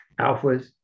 alphas